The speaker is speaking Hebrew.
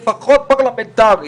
לפחות פרלמנטרית.